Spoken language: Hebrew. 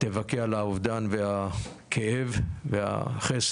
תבכה על האובדן והכאב והחסר.